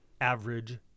average